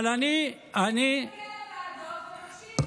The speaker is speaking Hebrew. היית מגיע לוועדות ומקשיב.